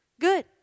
good